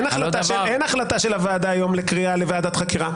אין החלטה של הוועדה היום לקריאה לוועדת חקירה.